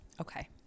Okay